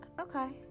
Okay